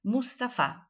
Mustafa